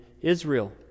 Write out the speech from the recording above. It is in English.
Israel